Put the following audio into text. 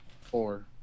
Four